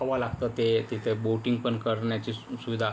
हवा लागतं ते तिथे बोटिंग पण करण्याची सु सुविधा